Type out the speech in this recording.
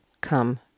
come